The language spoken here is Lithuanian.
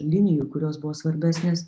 linijų kurios buvo svarbesnės